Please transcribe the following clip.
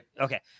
Okay